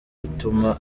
bituma